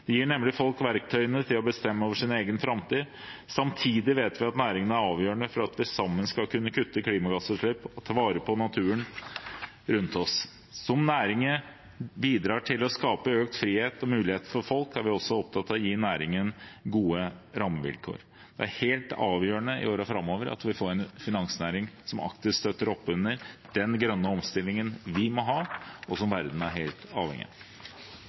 gir nemlig folk verktøyene til å bestemme over sin egen framtid. Samtidig vet vi at næringen er avgjørende for at vi sammen skal kunne kutte i klimagassutslipp og ta vare på naturen rundt oss. Som næringen bidrar til å skape økt frihet og mulighet for folk, er vi også opptatt av å gi næringen gode rammevilkår. Det er helt avgjørende i årene framover at vi har en finansnæring som aktivt støtter opp under den grønne omstillingen vi må ha, og som verden er helt avhengig av.